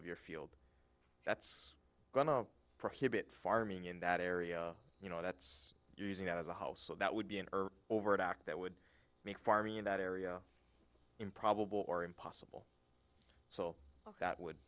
of your field that's going to prohibit farming in that area you know that's using that as a house so that would be an overt act that would make farming in that area improbable or impossible so that would